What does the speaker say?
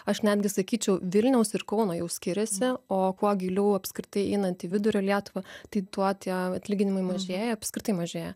aš netgi sakyčiau vilniaus ir kauno jau skiriasi o kuo giliau apskritai einant į vidurio lietuvą tai tuo tie atlyginimai mažėja apskritai mažėja